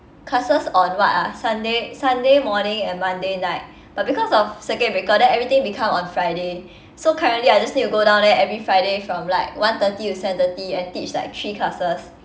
classes on what ah sunday sunday morning and monday night but because of circuit breaker then everything become on friday so currently I just need to go down there every friday from like one thirty to seven thirty and teach like three classes